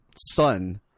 son